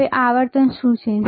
હવે આવર્તન શું છે